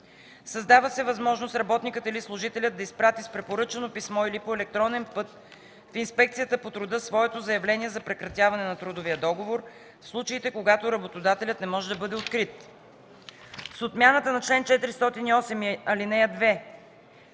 Създава се възможност работникът или служителят да изпрати с препоръчано писмо или по електронен път в Инспекцията по труда своето заявление за прекратяване на трудовия договор в случаите, когато работодателят не може да бъде открит. С отмяната на чл. 408 и ал. 2